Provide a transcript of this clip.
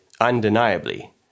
undeniably